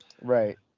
right